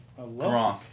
Gronk